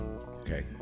okay